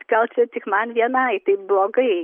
gal čia tik man vienai taip blogai